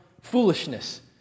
foolishness